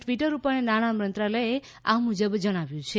Twitter ઉપર નાણાં મંત્રાલયે આ મુજબ જણાવ્યું છે